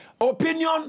Opinion